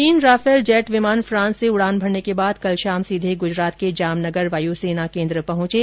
तीन Rafale jet विमान France से उड़ान भरने के बाद कल शाम सीधे गुजरात के जामनगर वायु सेना केन्द्र पहचे